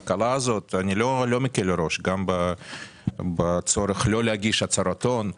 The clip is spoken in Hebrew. שאני לא מקל ראש גם בצורך לא להגיש הצהרת הון,